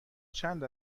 چند